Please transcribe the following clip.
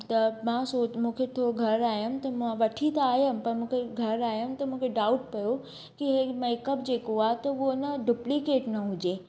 त मां सोच मूंखे थो घर आयमि त मां वठी त आयमि पर मूंखे घर आयमि त मूंखे डाउट पियो कि हे मेकअब जेको आहे त उहो न डुप्लिकेट न हुजे